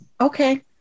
Okay